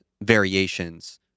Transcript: variations